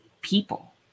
people